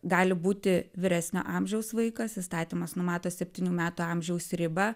gali būti vyresnio amžiaus vaikas įstatymas numato septynių metų amžiaus ribą